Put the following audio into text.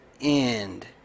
end